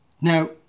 Now